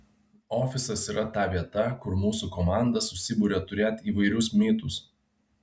ofisas yra ta vieta kur mūsų komanda susiburia turėt įvairius mytus